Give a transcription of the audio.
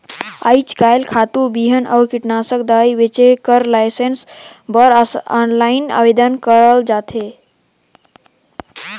आएज काएल खातू, बीहन अउ कीटनासक दवई बेंचे कर लाइसेंस बर आनलाईन आवेदन करल जाथे